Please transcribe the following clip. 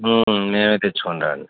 మేము తెచ్చుకుంటాం అండి